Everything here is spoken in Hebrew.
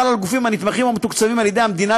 החל על גופים הנתמכים או מתוקצבים על-ידי המדינה,